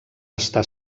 està